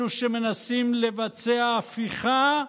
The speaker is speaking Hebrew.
אלו שמנסים לבצע הפיכה,